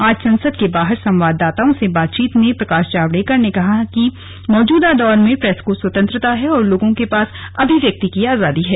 आज संसद के बाहर संवाददाताओं से बातचीत में प्रकाश जावड़ेकर ने कहा कि मौजूदा दौर में प्रेस को स्वतंत्रता है और लोगों के पास अभिव्यक्ति की आजादी है